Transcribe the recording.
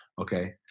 okay